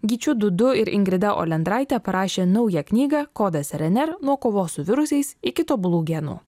gyčiu dudu ir ingrida olendraite parašė naują knygą kodas rnr nuo kovos su virusais iki tobulų genų